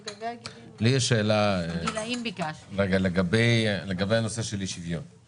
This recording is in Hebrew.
יש לי שאלה לגבי אי-שוויון.